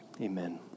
Amen